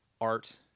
art